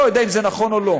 לא יודע אם זה נכון או לא.